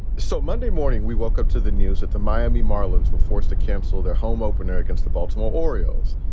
so monday morning, we woke up to the news that the miami marlins were forced to cancel their home opener against the baltimore orioles.